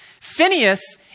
Phineas